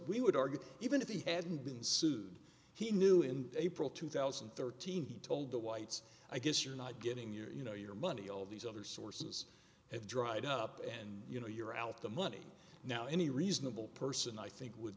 we would argue even if he hadn't been sued he knew in april two thousand and thirteen he told the whites i guess you're not getting your you know your money all these other sources have dried up and you know you're out the money now any reasonable person i think would